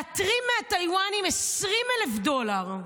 להתרים מהטייוואנים 20,000 דולר,